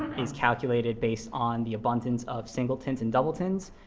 is calculated based on the abundance of singletons and doubletons.